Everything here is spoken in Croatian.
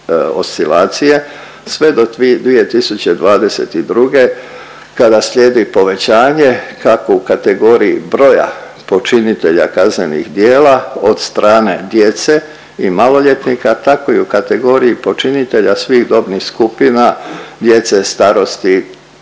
oscilacije sve do 2022. kada slijedi povećanje kako u kategoriji broja počinitelja kaznenih djela od strane djece i maloljetnika, tako i u kategoriji počinitelja svih dobnih skupina djece starosti